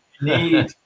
need